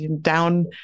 down